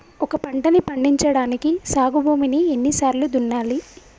ఒక పంటని పండించడానికి సాగు భూమిని ఎన్ని సార్లు దున్నాలి?